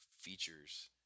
features